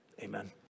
Amen